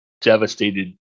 devastated